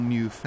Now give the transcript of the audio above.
New